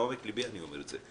מעומק ליבי אני אומר את זה,